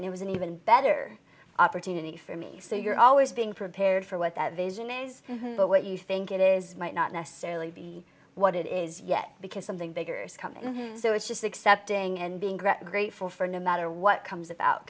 and it was an even better opportunity for me so you're always being prepared for what that vision is what you think it is might not necessarily be what it is yet because something bigger is coming so it's just accepting and being greg grateful for no matter what comes about